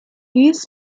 dies